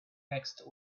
next